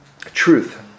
truth